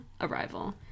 arrival